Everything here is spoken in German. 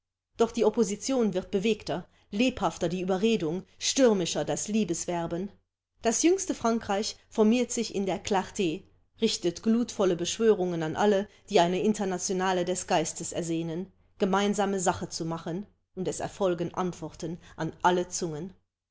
doch die opposition wird bewegter lebhafter die überredung stürmischer das liebeswerben das jüngste frankreich formiert sich in der clart richtet glutvolle beschwörungen an alle die eine internationale des geistes ersehnen gemeinsame sache zu machen und es erfolgen antworten an alle zungen